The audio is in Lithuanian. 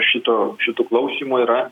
šito šito klausymo yra